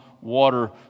water